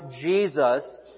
Jesus